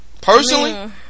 Personally